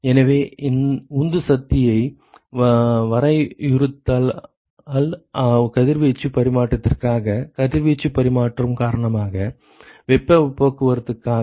எனவே உந்து சக்தியை வரையறுத்தால் கதிர்வீச்சு பரிமாற்றத்திற்காக கதிர்வீச்சு பரிமாற்றம் காரணமாக வெப்ப போக்குவரத்துக்காக